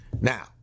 Now